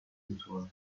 visitors